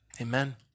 amen